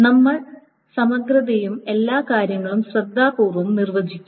ഞങ്ങൾ സമഗ്രതയും എല്ലാ കാര്യങ്ങളും ശ്രദ്ധാപൂർവ്വം നിർവ്വചിക്കും